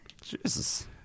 Jesus